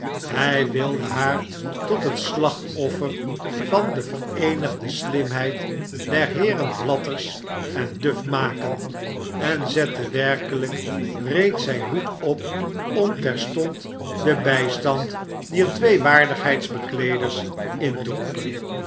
hij wilde haar tot het slachtoffer van de vereenigde slimheid der heeren blathers en duff maken en zette werkelijk reeds zijn hoed op om terstond den bijstand dier twee waardigheidsbekleders in te roepen